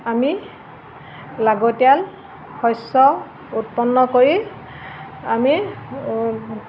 আমি লাগতিয়াল শস্য উৎপন্ন কৰি আমি